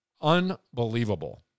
Unbelievable